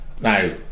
Now